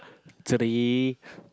three